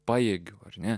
pajėgiu ar ne